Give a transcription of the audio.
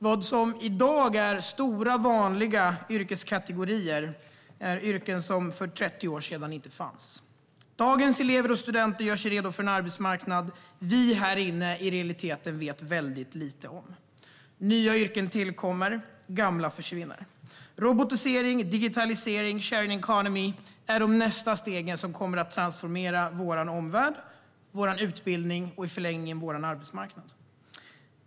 Vad som i dag är stora, vanliga yrkeskategorier är yrken som inte fanns för 30 år sedan. Dagens elever och studenter gör sig redo för en arbetsmarknad som vi här inne i realiteten vet väldigt lite om. Nya yrken tillkommer, och gamla försvinner. Robotisering, digitalisering och sharing economy är nästa steg som kommer att transformera vår omvärld, vår utbildning och i förlängningen vår arbetsmarknad.